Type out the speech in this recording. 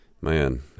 Man